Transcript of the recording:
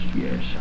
yes